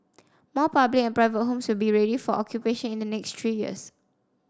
more public and private homes will be ready for occupation in the next three years